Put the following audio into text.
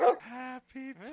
Happy